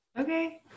Okay